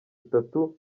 itatu